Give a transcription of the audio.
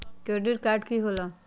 Credit card की होला?